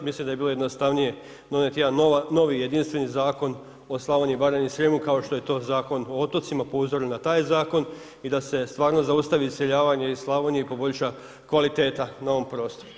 Mislim da bi bilo jednostavnije donijet jedan novi jedinstveni zakon o Slavoniji, Baranji i Srijemu, kao što je to Zakon o otocima po uzoru na taj zakon i da se stvarno zaustavi iseljavanje iz Slavonije i poboljša kvaliteta na ovom prostoru.